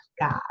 God